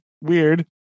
weird